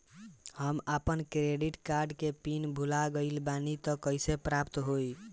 हम आपन credit card के पिन भुला गइल बानी त कइसे प्राप्त होई?